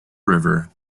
river